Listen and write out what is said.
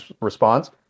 response